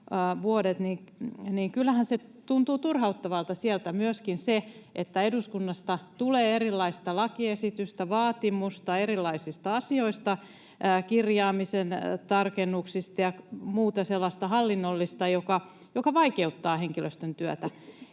kyllähän tuntuu turhauttavalta siellä myöskin se, että eduskunnasta tulee erilaista lakiesitystä, vaatimusta erilaisista asioista, kirjaamisen tarkennuksista, ja muuta sellaista hallinnollista, jotka vaikeuttavat henkilöstön työtä.